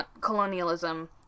Colonialism